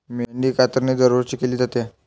मेंढी कातरणे दरवर्षी केली जाते